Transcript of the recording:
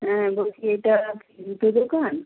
হ্যাঁ বলছি এটা জুতো দোকান